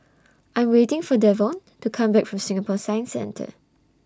I Am waiting For Devaughn to Come Back from Singapore Science Centre